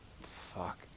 fuck